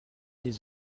les